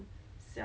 mm